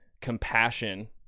compassion